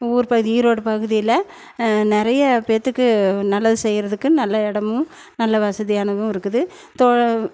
ஊர் பகுதி ஈரோடு பகுதியில் நிறைய பேர்த்துக்கு நல்லது செய்யறதுக்கு நல்ல இடமும் நல்ல வசதியானதும் இருக்குது தொ